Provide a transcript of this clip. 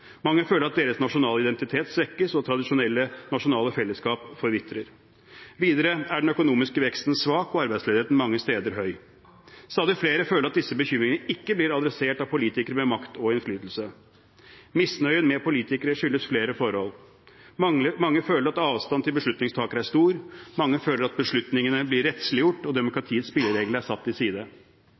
Mange føler at deres nasjonale identitet svekkes, og at tradisjonelle nasjonale fellesskap forvitrer. Videre er den økonomiske veksten svak og arbeidsledigheten mange steder høy. Stadig flere føler at disse bekymringene ikke blir adressert av politikere med makt og innflytelse. Misnøyen med politikere skyldes flere forhold. Mange føler at avstanden til beslutningstakere er stor, mange føler at beslutningene blir rettsliggjort og demokratiets spilleregler satt til side.